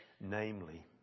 namely